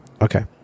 okay